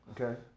Okay